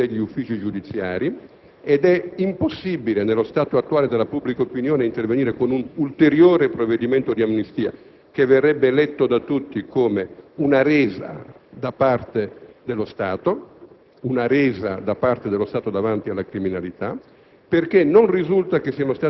L'indulto senza amnistia ha provocato un intasamento degli uffici giudiziari, ma è impossibile, nello stato attuale della pubblica opinione, intervenire con un ulteriore provvedimento di amnistia, che verrebbe letto da tutti come una resa da parte dello Stato